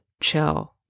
chill